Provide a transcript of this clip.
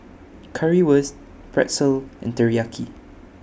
Currywurst Pretzel and Teriyaki